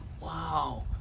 wow